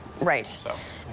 Right